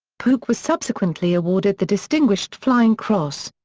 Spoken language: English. pook was subsequently awarded the distinguished flying cross.